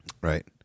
Right